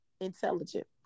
intelligent